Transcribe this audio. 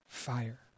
fire